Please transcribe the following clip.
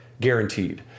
guaranteed